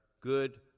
good